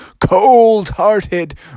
cold-hearted